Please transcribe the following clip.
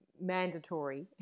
mandatory